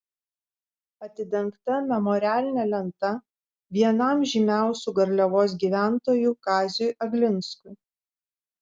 atidengta memorialinė lenta vienam žymiausių garliavos gyventojų kaziui aglinskui